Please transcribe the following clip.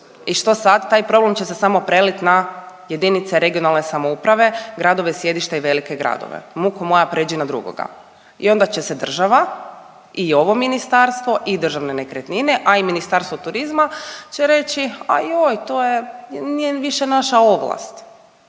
I što sad? Taj problem će se samo prelit na jedinice regionalne samouprave, gradove sjedišta i velike gradove. Muko moja prijeđi na drugoga. I onda će se država i ovo ministarstvo i Državne nekretnine, a i Ministarstvo turizma, će reći, a joj to je, nije više naša ovlast